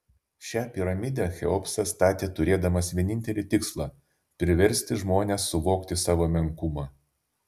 šią piramidę cheopsas statė turėdamas vienintelį tikslą priversti žmones suvokti savo menkumą